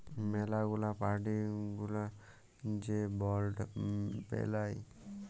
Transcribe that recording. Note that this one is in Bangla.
ম্যালা গুলা পার্টি গুলা যে বন্ড বেলায়